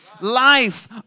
life